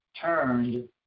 turned